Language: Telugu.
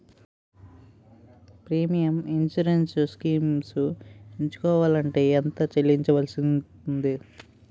ప్రీమియం ఇన్సురెన్స్ స్కీమ్స్ ఎంచుకోవలంటే ఎంత చల్లించాల్సివస్తుంది??